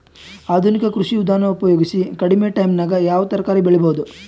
ಆಧುನಿಕ ಕೃಷಿ ವಿಧಾನ ಉಪಯೋಗಿಸಿ ಕಡಿಮ ಟೈಮನಾಗ ಯಾವ ತರಕಾರಿ ಬೆಳಿಬಹುದು?